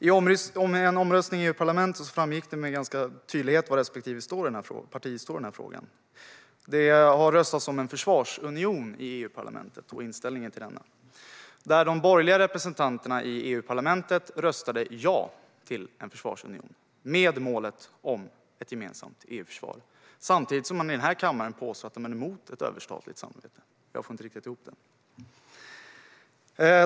I en omröstning i EU-parlamentet om en försvarsunion och inställningen till denna framgick det med ganska stor tydlighet var respektive parti står i den här frågan. De borgerliga representanterna i EU-parlamentet röstade ja till en försvarsunion med målet om ett gemensamt EU-försvar. Men i den här kammaren påstår man att man är emot ett överstatligt samarbete. Jag får inte riktigt ihop det.